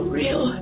real